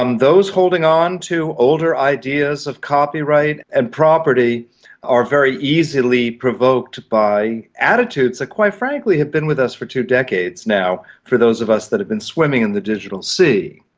um those holding on to older ideas of copyright and property are very easily provoked by attitudes that quite frankly have been with us for two decades now, for those of us that have been swimming in the digital sea.